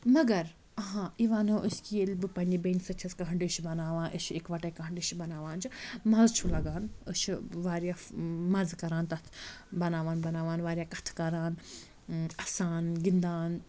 مگر آ یہِ وَنو أسۍ کہِ ییٚلہِ بہٕ پنٛنہِ بیٚنہِ سۭتۍ چھَس کانٛہہ ڈِش بَناوان أسۍ چھِ یِکوَٹَے کانٛہہ ڈِش بَناوان چھِ مَزٕ چھُ لَگان أسۍ چھِ واریاہ مَزٕ کَران تَتھ بَناوان بَناوان واریاہ کَتھٕ کَران اَسان گِنٛدان